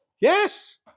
Yes